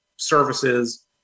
Services